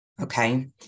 Okay